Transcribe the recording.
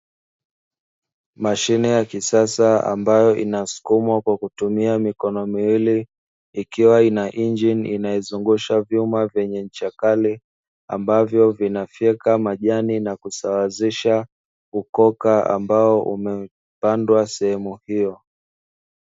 Mashine ya kisasa ambayo inasukumwa kwa kutumia mikono miwili ikiwa ina injini inaozungusha vyuma vyenye ncha kali, ambavyo vinafyeka majani na kusawazisha ukoka ambao umepandwa sehemu hiyo.